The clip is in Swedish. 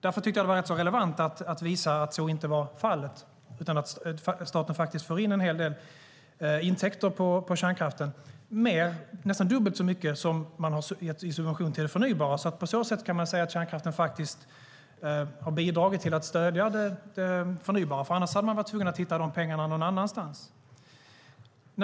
Därför tyckte jag att det var rätt relevant att visa att så inte är fallet, utan att staten får in en hel del intäkter från kärnkraften - nästan dubbelt så mycket som man har gett i subvention till det förnybara. På så sätt kan man säga att kärnkraften har bidragit till att stödja det förnybara. Annars hade man varit tvungen att hitta pengarna någon annanstans.